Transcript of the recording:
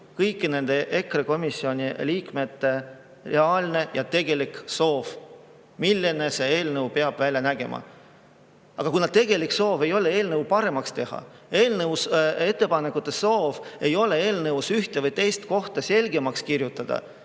kõigi nende EKRE liikmete reaalne ja tegelik soov, milline see eelnõu peaks välja nägema. Aga kuna tegelik soov ei ole eelnõu paremaks teha ja ettepanekutega ei soovita eelnõus ühte või teist kohta selgemaks kirjutada,